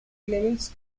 levels